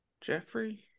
Jeffrey